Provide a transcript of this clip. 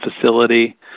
facility